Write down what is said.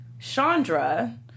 Chandra